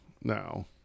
now